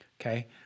okay